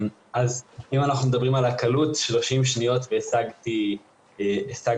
אז אם אנחנו מדברים על הקלות 30 שניות והשגתי חפיסת